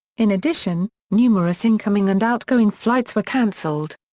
in addition, numerous incoming and outgoing flights were cancelled.